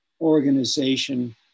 organization